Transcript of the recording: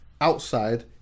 outside